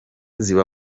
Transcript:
ziba